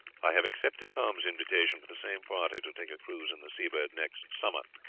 i have accepted tom's invitation for the same party to take a cruise in the seabird next summer,